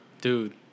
Dude